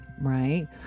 right